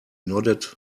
nodded